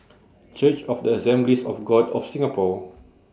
Church of The Assemblies of God of Singapore